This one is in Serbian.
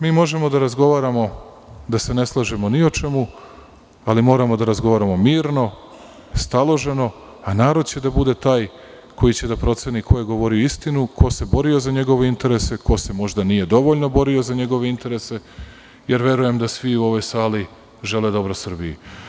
Možemo da razgovaramo, da se ne slažemo ni u čemu, ali moramo da razgovaramo mirno, staloženo, a narod će da bude taj koji će da proceni ko je govorio istinu, ko se borio za njegove interese, ko se možda nije dovoljno borio za njegove interese, jer verujem da svi u ovoj sali žele dobro Srbiji.